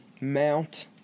mount